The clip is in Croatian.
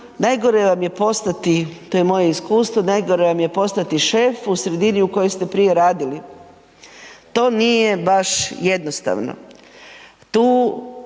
najgore vam je postati, to je moje iskustvo, najgore vam je postati šef u sredini u kojoj ste prije radili, to nije baš jednostavno. Tu